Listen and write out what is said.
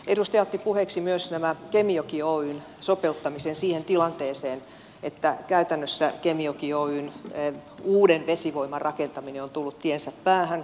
edustaja otti puheeksi myös tämän kemijoki oyn sopeuttamisen siihen tilanteeseen että käytännössä kemijoki oyn uuden vesivoiman rakentaminen on tullut tiensä päähän